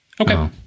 okay